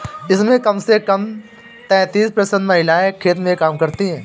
इसमें कम से कम तैंतीस प्रतिशत महिलाएं खेत में काम करती हैं